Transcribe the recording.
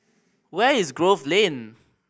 where is Grove Lane